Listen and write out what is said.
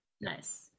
nice